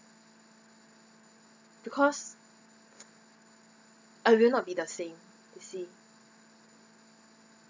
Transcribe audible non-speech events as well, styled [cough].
because [noise] I will not be the same you see